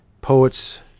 Poets